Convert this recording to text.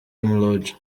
lodge